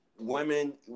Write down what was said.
women